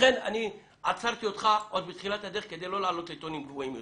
לכן אני עצרתי אותך עוד בתחילת הדרך כדי לא לעלות לטונים גבוהים יותר.